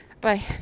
bye